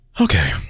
Okay